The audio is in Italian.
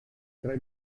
tre